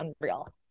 unreal